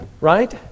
right